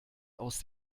aus